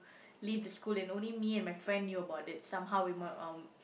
leave the school and only me and my friend knew about it somehow we ma~ um